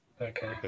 Okay